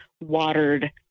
watered